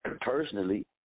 personally